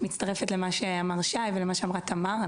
אני מצטרפת למה שאמר שי ולמה שאמרה תמר.